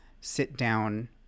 sit-down